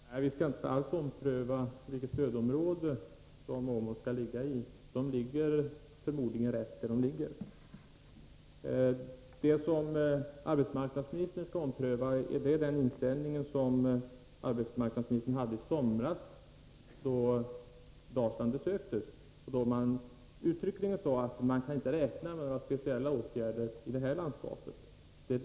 Fru talman! Vi skall inte alls ompröva vilket stödområde Åmåls kommun skall ligga i. Den ligger förmodligen rätt där den ligger. Det som arbetsmarknadsministern skall ompröva är den inställning som arbetsmarknadsministern hade i somras, då hon besökte Dalsland och uttryckligen sade att man inte kunde räkna med några speciella åtgärder i landskapet.